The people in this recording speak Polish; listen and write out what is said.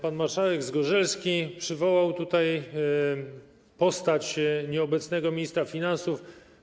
Pan marszałek Zgorzelski przywołał tutaj postać nieobecnego ministra finansów.